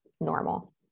normal